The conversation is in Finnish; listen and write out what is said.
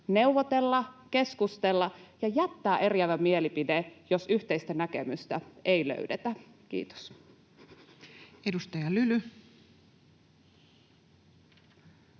neuvotella, keskustella ja jättää eriävä mielipide, jos yhteistä näkemystä ei löydetä. — Kiitos. [Speech 313]